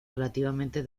relativamente